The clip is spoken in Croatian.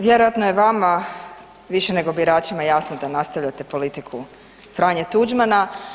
Vjerojatno je vama više nego biračima jasno da nastavljate politiku Franje Tuđmana.